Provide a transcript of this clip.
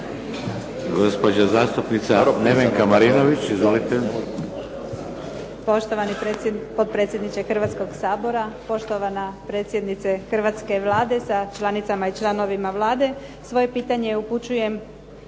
(HDZ)** Zastupnica Nevenka Marinović. Izvolite.